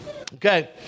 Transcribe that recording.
Okay